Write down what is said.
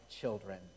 children